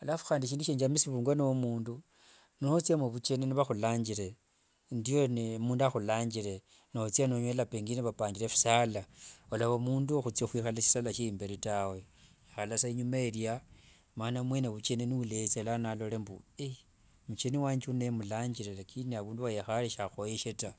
Alafu handi shindu shya njamisivwanga no omundu, notsia muvucheni nivahulanjire ndiyo mundu ahulanjire notsia nonyola pengine vapanjire visala olava omundu wahutsia hwihala shisala sya imberi taweihala sa inyuma eria mana mwenye vukeni niuletsa lano alore mbu mucheni wanje uno emulanjire lakini avundu wayehale sahoyehe taa".